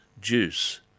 juice